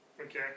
okay